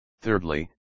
Thirdly